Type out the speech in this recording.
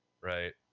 right